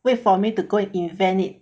wait for me to go and invent it